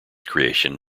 creation